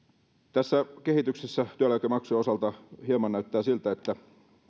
tässä kehityksessä työeläkemaksujen osalta hieman näyttää siltä että